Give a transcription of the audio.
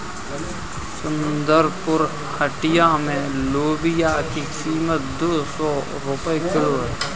सुंदरपुर हटिया में लोबिया की कीमत दो सौ रुपए किलो है